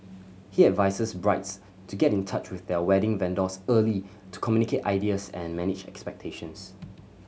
he advises brides to get in touch with their wedding vendors early to communicate ideas and manage expectations